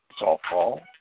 softball